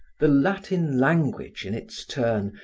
the latin language in its turn,